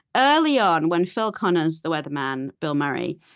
early on, when phil connors, the weatherman, bill murray,